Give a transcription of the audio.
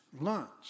lunch